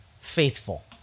faithful